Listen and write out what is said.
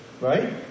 Right